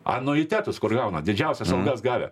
anuitetus kur gauna didžiausias algas gavę